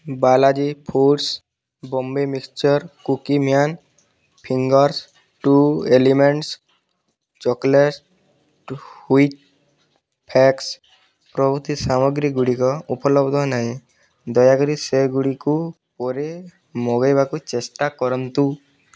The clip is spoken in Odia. Balaji foods Bombay mixture Cookieman fingers ଏବଂ true elements chocolate wheat flakes ପ୍ରଭୃତି ସାମଗ୍ରୀଗୁଡ଼ିକ ଉପଲବ୍ଧ ନାହିଁ ଦୟାକରି ସେଗୁଡ଼ିକୁ ପରେ ମଗାଇବାକୁ ଚେଷ୍ଟା କରନ୍ତୁ